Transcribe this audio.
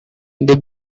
they